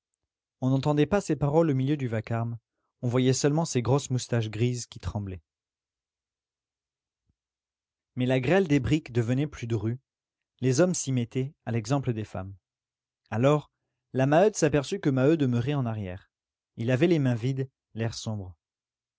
on n'entendait pas ses paroles au milieu du vacarme on voyait seulement ses grosses moustaches grises qui tremblaient mais la grêle des briques devenait plus drue les hommes s'y mettaient à l'exemple des femmes alors la maheude s'aperçut que maheu demeurait en arrière il avait les mains vides l'air sombre